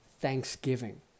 thanksgiving